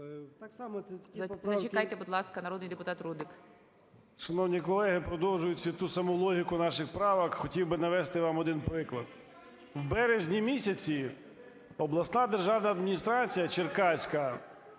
Зачекайте, будь ласка. Народний депутат Рудик.